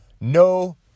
No